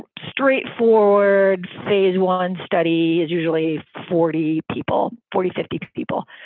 straightforward phase one study is usually forty people, forty, fifty people,